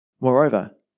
Moreover